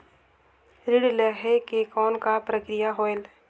ऋण लहे के कौन का प्रक्रिया होयल?